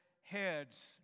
heads